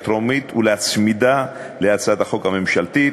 טרומית ולהצמידה להצעת החוק הממשלתית.